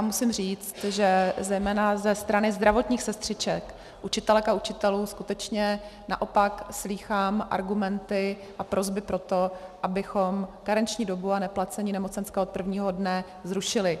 Musím říct, že zejména ze strany zdravotních sestřiček, učitelek a učitelů skutečně naopak slýchám argumenty a prosby pro to, abychom karenční dobu a neplacení nemocenské od 1. dne zrušili.